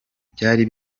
byari